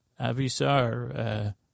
Avisar